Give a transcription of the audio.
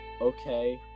okay